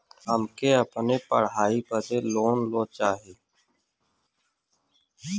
हमके अपने पढ़ाई बदे लोन लो चाही?